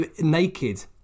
naked